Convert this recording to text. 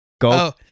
go